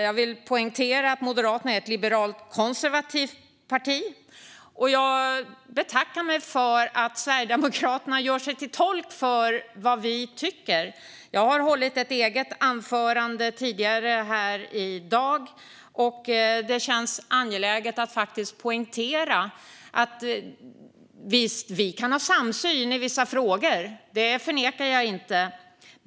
Jag vill poängtera att Moderaterna är ett liberalt och konservativt parti, och jag betackar mig för att Sverigedemokraterna gör sig till tolk för vad vi tycker. Jag har hållit ett eget anförande tidigare här i dag. Och det känns angeläget att faktiskt poängtera detta. Vi kan visst ha samsyn i vissa frågor; det förnekar jag inte.